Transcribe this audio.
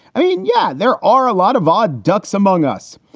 i mean, yeah, there are a lot of odd ducks among us,